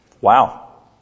Wow